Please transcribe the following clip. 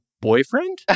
boyfriend